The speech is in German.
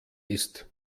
ist